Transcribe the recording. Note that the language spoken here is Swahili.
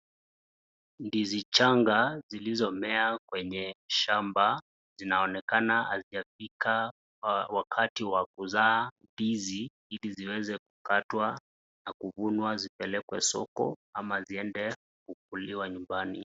Ndizi changa zilizomea kwenye shamba, zinaonekana azijafika wakati wa kuzaa ndizi, ili ziweze kukatwa na kuvunwa zipelekwe soko, ama ziende kukuliwa nyumbani.